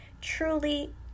truly